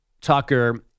Tucker